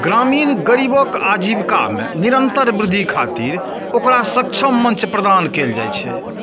ग्रामीण गरीबक आजीविका मे निरंतर वृद्धि खातिर ओकरा सक्षम मंच प्रदान कैल जाइ छै